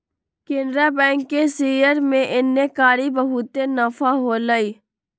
Canara bank के share में एन्नेकारी बहुते नफा होलई